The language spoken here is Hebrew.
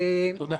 תודה.